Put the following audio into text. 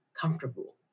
comfortable